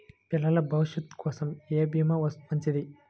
పిల్లల భవిష్యత్ కోసం ఏ భీమా మంచిది?